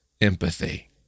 empathy